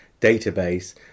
database